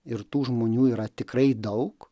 ir tų žmonių yra tikrai daug